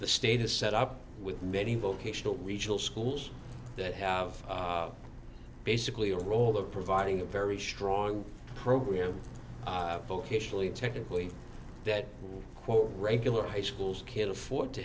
the state has set up with many vocational regional schools that have basically a role of providing a very strong program vocationally technically that quote regular high schools can afford to